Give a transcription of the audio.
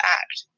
act